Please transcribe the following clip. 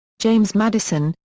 james madison,